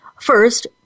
First